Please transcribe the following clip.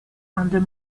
under